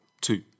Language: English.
two